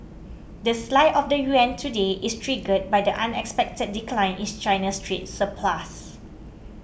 the slide of the yuan today is triggered by the unexpected decline in China's trade surplus